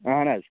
اَہَن حظ